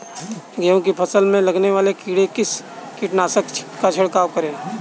गेहूँ की फसल में लगने वाले कीड़े पर किस कीटनाशक का छिड़काव करें?